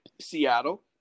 Seattle